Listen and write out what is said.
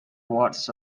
words